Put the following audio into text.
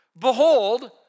behold